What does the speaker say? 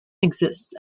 exists